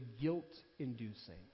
guilt-inducing